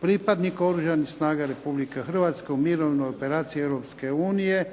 pripadnika Oružanih snaga Republike Hrvatske u mirovnoj operaciji Europske unije